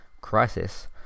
Crisis